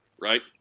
Right